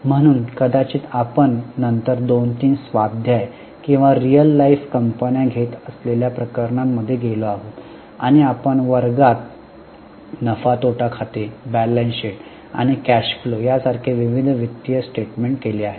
म्हणून कदाचित आपण नंतर 2 3 स्वाध्याय किंवा रिअल लाइफ कंपन्या घेत असलेल्या प्रकरणांमध्ये गेलो आहोत आणि आपण वर्गात नफा तोटा खाते बॅलन्स शीट आणि कॅश फ्लो यासारखे विविध वित्तीय स्टेटमेंट केले होते